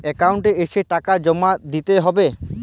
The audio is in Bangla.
একাউন্ট এসে টাকা জমা দিতে হবে?